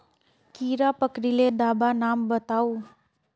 कीड़ा पकरिले दाबा नाम बाताउ?